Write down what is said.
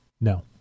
No